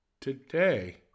today